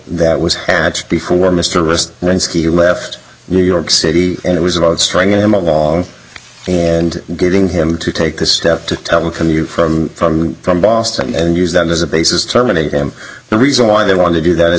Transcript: that was hatched before mr wrist and skier left new york city and it was about striking him along and getting him to take a step to telecommute from from from boston and use that as a basis to terminate him the reason why they want to do that is